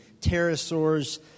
pterosaurs